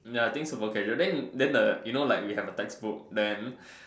ya the thing super casual then then the you know like we have a textbook then